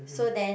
so then